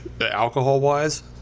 alcohol-wise